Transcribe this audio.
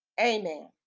Amen